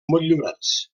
motllurats